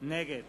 נגד